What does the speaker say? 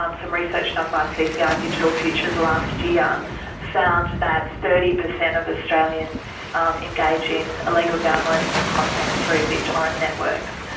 um some research done by cci so yeah digital futures last year found that thirty percent of australians um engage in illegal downloading of contact through bittorrent networks.